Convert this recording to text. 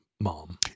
mom